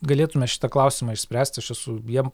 galėtume šitą klausimą išspręst aš esu jiem